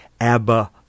Abba